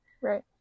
Right